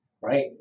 right